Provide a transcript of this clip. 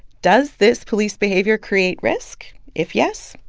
does this police behavior create risk? if, yes,